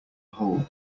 hole